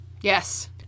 Yes